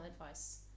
advice